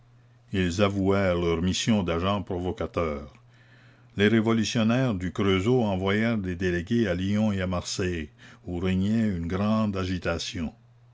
ils avouèrent leur mission d'agents provocateurs les révolutionnaires du creusot envoyèrent des délégués à lyon et à marseille où régnait une grande agitation